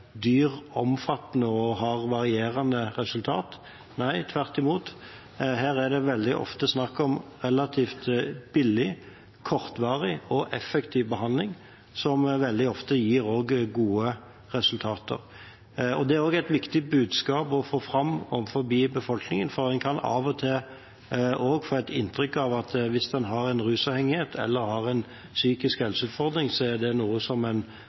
dyr, omfattende og har varierende resultat. Nei, tvert imot, her er det veldig ofte snakk om relativt billig, kortvarig og effektiv behandling, som veldig ofte også gir gode resultater. Det er også et viktig budskap å få fram overfor befolkningen. En kan av og til få et inntrykk av at hvis en har en rusavhengighet eller har en psykisk helseutfordring, er det noe som